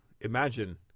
imagine